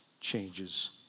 changes